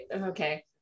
okay